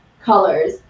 colors